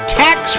tax